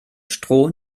stroh